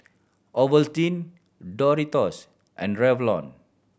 Ovaltine Doritos and Revlon